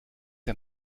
ein